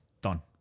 done